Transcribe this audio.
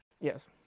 Yes